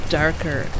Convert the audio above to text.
darker